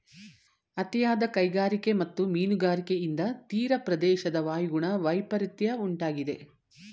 ಅತಿಯಾದ ಕೈಗಾರಿಕೆ ಮತ್ತು ಮೀನುಗಾರಿಕೆಯಿಂದ ತೀರಪ್ರದೇಶದ ವಾಯುಗುಣ ವೈಪರಿತ್ಯ ಉಂಟಾಗಿದೆ